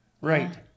right